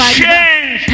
change